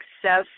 Success